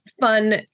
fun